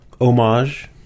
homage